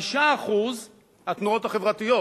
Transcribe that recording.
5% התנועות החברתיות,